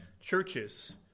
churches